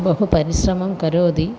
बहु परिश्रमं करोति